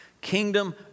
kingdom